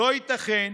"לא ייתכן